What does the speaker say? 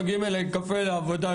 מגיעים אליי לקפה לעבודה,